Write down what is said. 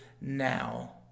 now